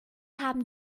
haben